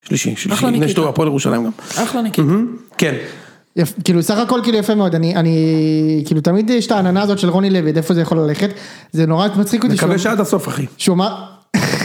שלישי, שלישי, יש לו הפועל ירושלים גם. אחלה. כן. כאילו סך הכל כאילו יפה מאוד, אני אני כאילו תמיד יש את העננה הזאת של רוני לוי, עד איפה זה יכול ללכת, זה נורא מצחיק אותי. מקווה שעד הסוף אחי. שומע.